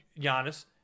Giannis